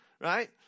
right